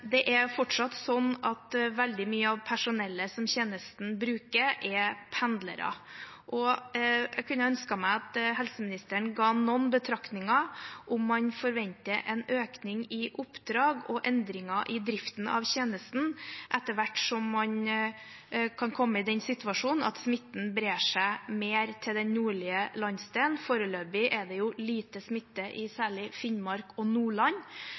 Det er fortsatt sånn at veldig mye av personellet som tjenesten bruker, er pendlere. Jeg kunne ønske at helseministeren ville gi noen betraktninger, om han forventer en økning i oppdrag og endring i driften av tjenesten etter hvert som man kan komme i den situasjonen at smitten brer seg mer til den nordlige landsdelen. Foreløpig er det jo lite smitte særlig i Finnmark og Nordland.